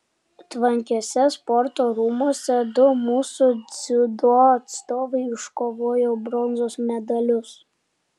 tvankiuose sporto rūmuose du mūsų dziudo atstovai iškovojo bronzos medalius